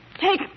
take